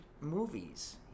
movies